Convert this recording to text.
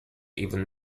even